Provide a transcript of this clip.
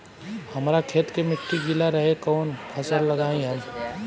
हमरा खेत के मिट्टी गीला रहेला कवन फसल लगाई हम?